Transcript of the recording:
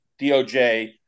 DOJ